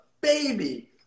baby